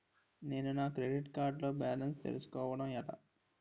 నేను నా credit card లో బాలన్స్ తెలుసుకోవడం ఎలా?